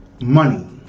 money